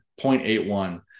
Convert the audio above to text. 0.81